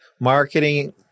marketing